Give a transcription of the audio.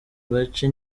gace